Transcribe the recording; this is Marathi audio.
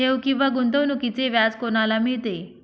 ठेव किंवा गुंतवणूकीचे व्याज कोणाला मिळते?